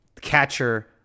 catcher